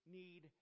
need